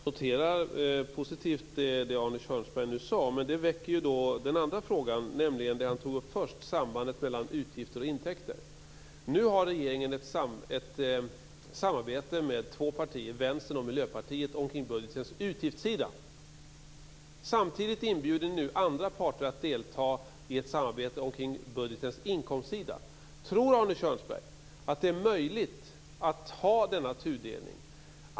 Fru talman! Jag noterar det positiva i det Arne Kjörnsberg nu sade. Det väcker den andra fråga jag ställde, nämligen sambandet mellan utgifter och intäkter. Nu har regeringen ett samarbete med två partier, Vänsterpartiet och Miljöpartiet, omkring budgetens utgiftssida. Nu inbjuds andra partier att delta i ett samarbete omkring budgetens inkomstsida. Tror Arne Kjörnsberg att det är möjligt att ha denna tudelning?